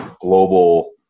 global